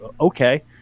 Okay